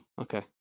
Okay